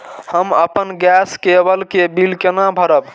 हम अपन गैस केवल के बिल केना भरब?